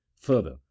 further